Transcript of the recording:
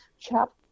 chapter